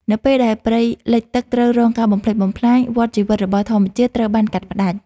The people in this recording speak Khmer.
នៅពេលដែលព្រៃលិចទឹកត្រូវរងការបំផ្លិចបំផ្លាញ វដ្តជីវិតរបស់ធម្មជាតិត្រូវបានកាត់ផ្ដាច់។